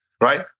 right